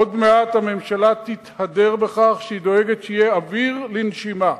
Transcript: עוד מעט הממשלה תתהדר בכך שהיא דואגת שיהיה אוויר לנשימה.